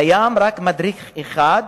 קיים רק מדריך אחד,